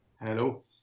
Hello